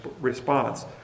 response